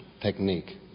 technique